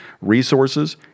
resources